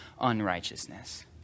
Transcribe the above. unrighteousness